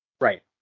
Right